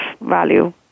value